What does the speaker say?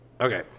Okay